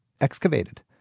excavated